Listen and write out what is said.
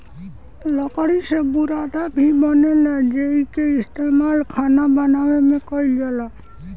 लकड़ी से बुरादा भी बनेला जेइके इस्तमाल खाना बनावे में कईल जाला